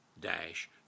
dash